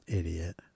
idiot